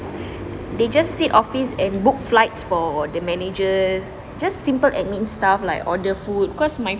they just sit office and book flights for the managers just simple admin stuff like or the food cause my